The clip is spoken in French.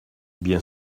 bien